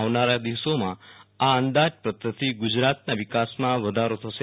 આવનારા દિવસોમાં આ અંદાજપત્રથી ગુજરાતના વિકાસમાં વધારો થશે